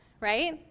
Right